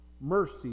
mercy